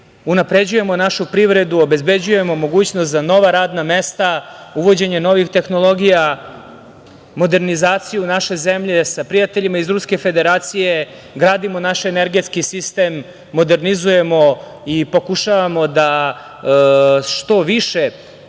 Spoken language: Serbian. unapređujemo našu privredu, obezbeđujemo mogućnost za nova radna mesta, uvođenje novih tehnologija, modernizaciju naše zemlje sa prijateljima iz Ruske Federacije, gradimo naš energetski sistem, modernizujemo i pokušavamo da što više